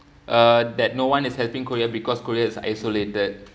uh that no one is helping korea because korea is isolated